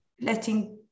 letting